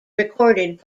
recorded